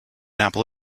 apple